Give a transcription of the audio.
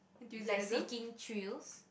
like seeking thrills